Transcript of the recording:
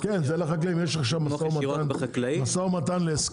ישירות בחקלאים כן אני רואה יש משא ומתן להסכם,